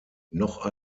noch